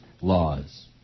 laws